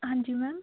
ਹਾਂਜੀ ਮੈਮ